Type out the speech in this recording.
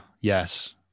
yes